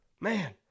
man